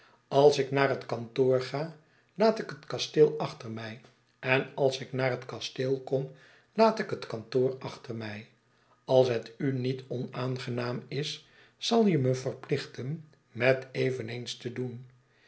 als ik naar het kantoor ga laat ik het kasteel achter mij en als ik naar het kasteel kom laat ik het kantoor achter mij als het u niet onaangenaam is zal je me verplichten met eveneens te doen